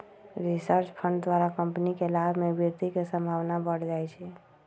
research fund द्वारा company के लाभ में वृद्धि के संभावना बढ़ जाइ छइ